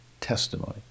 testimony